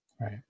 right